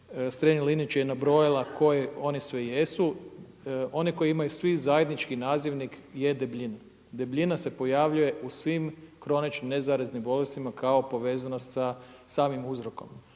Strenja-Linić je nabrojala koji oni sve jesu one koje imaju svi zajednički nazivnik je debljina. Debljina se pojavljuje u svim kroničnim nezaraznim bolestima kao povezanost sa samim uzrokom.